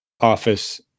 office